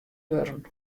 wurden